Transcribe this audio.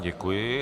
Děkuji.